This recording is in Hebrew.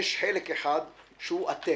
יש חלק אחד שהוא אתם,